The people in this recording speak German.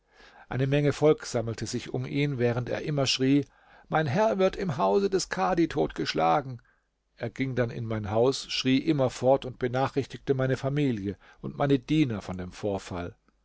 eine menge volk sammelte sich um ihn während er immer schrie mein herr wird im hause des kadhi totgeschlagen er ging dann in mein haus schrie immerfort und benachrichtigte meine familie und meine diener von dem vorfall